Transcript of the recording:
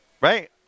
right